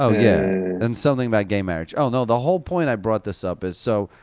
um yeah, and something about gay marriage. oh, no, the whole point i brought this up is, so